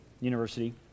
university